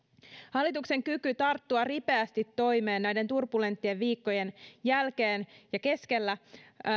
hallituksen kyky tarttua ripeästi toimeen näiden turbulenttien viikkojen jälkeen ja keskellä